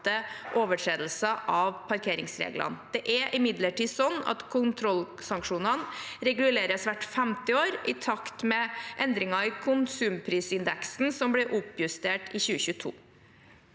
overtredelser av parkeringsreglene. Det er imidlertid sånn at kontrollsanksjonene reguleres hvert femte år, i takt med endringer i konsumprisindeksen, og ble oppjustert i 2022.